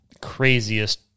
craziest